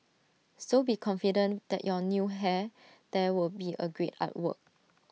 so be confident that your new hair there would be A great artwork